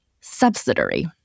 subsidiary